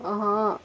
हँ हँ